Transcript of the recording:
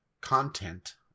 content